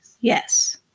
Yes